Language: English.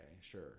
sure